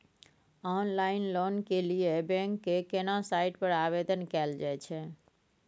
Online loan के लिए bank के केना साइट पर आवेदन कैल जाए छै?